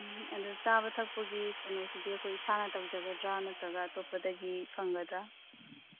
ꯎꯝ ꯑꯗꯣ ꯆꯥꯕ ꯊꯛꯄꯒꯤ ꯀꯩꯅꯣꯁꯤꯗꯤ ꯑꯩꯈꯣꯏ ꯏꯁꯥꯅ ꯇꯧꯖꯒꯗ꯭ꯔꯥ ꯅꯠꯇ꯭ꯔꯒ ꯑꯇꯣꯞꯄꯗꯒꯤ ꯐꯪꯒꯗ꯭ꯔꯥ